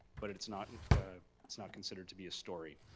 but it's not and it's not considered to be a story.